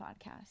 podcast